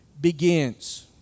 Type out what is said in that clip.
begins